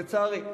לצערי.